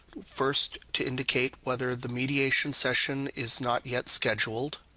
first to indicate whether the mediation session is not yet scheduled,